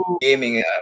gaming